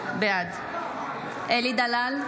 בעד אלי דלל,